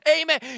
Amen